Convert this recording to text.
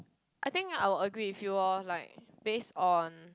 I think I will agree with you loh like base on